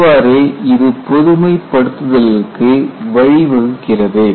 இவ்வாறு இது பொதுமை படுத்துதல்களுக்கு வழிவகுக்கிறது